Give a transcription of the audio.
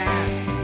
ask